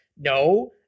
no